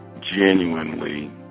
genuinely